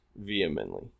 vehemently